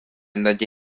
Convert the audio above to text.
ndaje